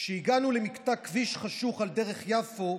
כשהגענו למקטע כביש חשוך על דרך יפו,